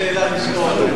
הוא, יש לי עוד שאלה לשאול.